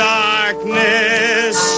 darkness